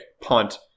punt